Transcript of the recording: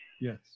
Yes